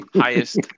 highest